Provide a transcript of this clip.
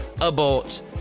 Abort